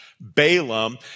Balaam